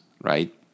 right